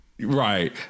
Right